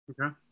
Okay